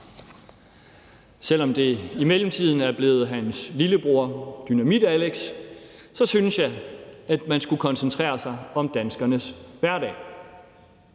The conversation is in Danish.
Selv om det i mellemtiden er blevet hans lillebror, Dynamitalex, synes jeg, at man skulle koncentrere sig om danskernes hverdag